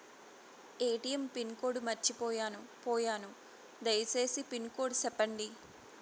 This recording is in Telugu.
ఎ.టి.ఎం పిన్ కోడ్ మర్చిపోయాను పోయాను దయసేసి పిన్ కోడ్ సెప్పండి?